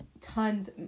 tons